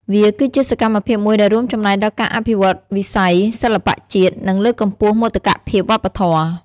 វាគឺជាសកម្មភាពមួយដែលរួមចំណែកដល់ការអភិវឌ្ឍវិស័យសិល្បៈជាតិ និងលើកកម្ពស់មោទកភាពវប្បធម៌។